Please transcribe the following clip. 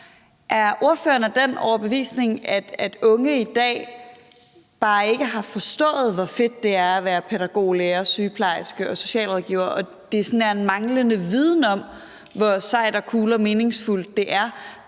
Er ordføreren af den overbevisning, at unge i dag bare ikke har forstået, hvor fedt det er at være pædagog, lærer, sygeplejerske og socialrådgiver, og at det er en manglende viden om, hvor sejt, fedt og meningsfuldt det er?